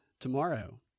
tomorrow